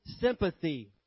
sympathy